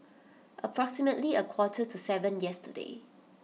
approximately a quarter to seven yesterday